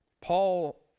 Paul